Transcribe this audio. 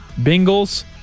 Bengals